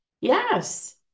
Yes